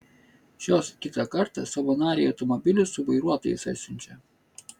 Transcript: šios kitą kartą savo narei automobilius su vairuotojais atsiunčia